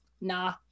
nah